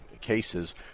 cases